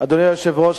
אדוני היושב-ראש,